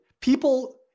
people